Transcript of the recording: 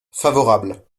favorable